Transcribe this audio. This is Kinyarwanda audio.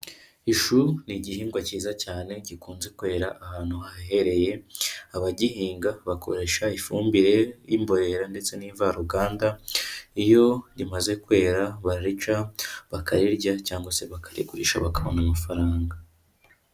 Ishu ni igihingwa cyiza cyane gikunze kwera ahantu hahereye, abagihinga bakoresha ifumbire y'imborehera ndetse n'imvaruganda, iyo rimaze kwera bararica bakarirya, cyangwa se bakarigurisha bakabona amafaranga.